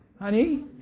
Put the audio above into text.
Honey